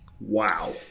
Wow